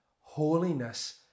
Holiness